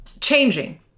changing